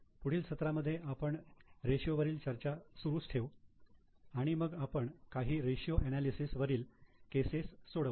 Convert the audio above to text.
पुढील सत्रामध्ये आपण रेशियो वरील चर्चा सुरू ठेवू आणि मग आपण काही रेशियो अनालिसेस वरील केसेस सोडवू